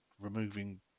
removing